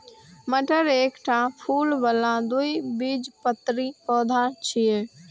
मटर एकटा फूल बला द्विबीजपत्री पौधा छियै